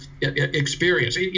experience